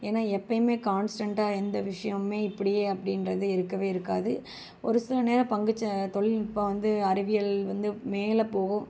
ஏன்னா எப்பயுமே கான்ஸ்டண்ட்டாக எந்த விஷியமுமே இப்படியே அப்படின்றது இருக்கவே இருக்காது ஒருசில நேரம் பங்குச்ச தொழில்நுட்பம் வந்து அறிவியல் வந்து மேலேப்போகும்